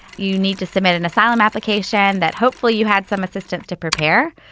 you need to submit an asylum application that hopefully you had some assistance to prepare.